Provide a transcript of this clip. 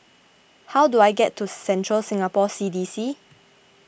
how do I get to Central Singapore C D C